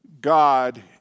God